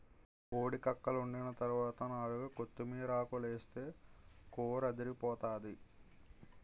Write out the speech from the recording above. కోడి కక్కలోండిన తరవాత నాలుగు కొత్తిమీరాకులేస్తే కూరదిరిపోతాది